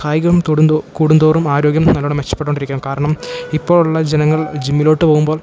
കായികം തൊടുന്തോ കൂടുന്തോറും ആരോഗ്യം നല്ലവണ്ണം മെച്ചപ്പെട്ടു കൊണ്ടിരിക്കും കാരണം ഇപ്പോൾ ഉള്ള ജനങ്ങൾ ജിമ്മിലോട്ട് പോകുമ്പോൾ